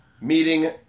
meeting